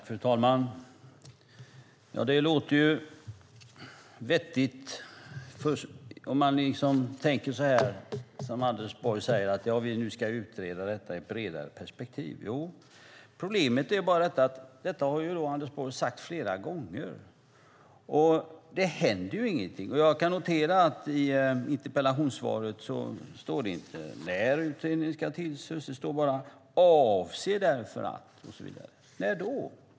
Fru talman! Det låter vettigt när Anders Borg säger att vi ska utreda detta i ett bredare perspektiv. Problemet är bara att Anders Borg har sagt det flera gånger, och det händer ingenting. Jag noterar att det inte står i interpellationssvaret när utredningen ska tillsättas, utan det står bara att man "avser därför att" och så vidare. När då?